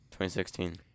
2016